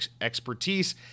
expertise